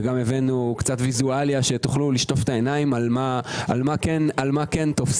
והבאנו קצת ויזואליה כדי שתשטפו את העיניים על מה כן תופסים,